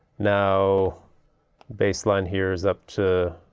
now baseline here is up to